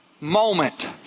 moment